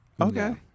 okay